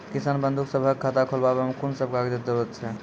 किसान बंधु सभहक खाता खोलाबै मे कून सभ कागजक जरूरत छै?